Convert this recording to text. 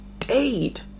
stayed